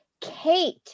Kate